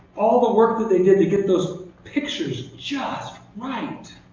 all the work that they did to get those pictures just right.